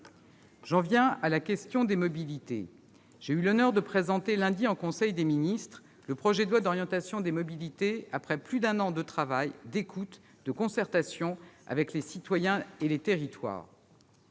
J'en viens enfin à la question de la mobilité. J'ai eu l'honneur de présenter lundi en conseil des ministres le projet de loi d'orientation des mobilités, après plus d'un an de travail, d'écoute, de concertation avec les citoyens et les territoires.